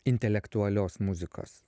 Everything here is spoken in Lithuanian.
intelektualios muzikos